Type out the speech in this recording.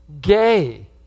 gay